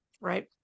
right